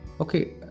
Okay